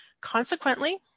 Consequently